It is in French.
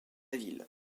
ville